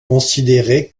considéré